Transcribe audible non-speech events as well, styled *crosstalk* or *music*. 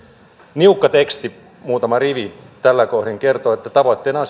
niukka teksti muutama rivi täällä kohdin kertoo että tavoitteena *unintelligible*